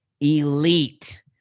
Elite